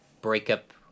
breakup